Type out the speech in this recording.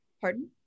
pardon